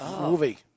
movie